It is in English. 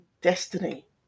destiny